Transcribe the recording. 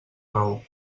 raó